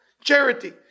Charity